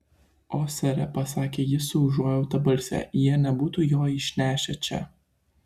o sere pasakė ji su užuojauta balse jie nebūtų jo išnešę čia